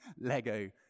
Lego